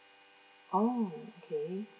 oh okay